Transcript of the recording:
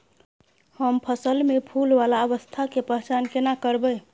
हम फसल में फुल वाला अवस्था के पहचान केना करबै?